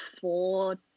four